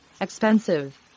Expensive